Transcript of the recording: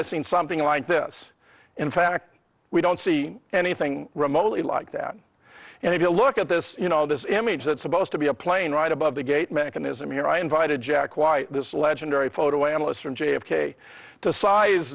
have seen something like this in fact we don't see anything remotely like that and if you look at this you know this image that's supposed to be a plane right above the gate mechanism here i invited jack why this legendary photo analysts from j f k to size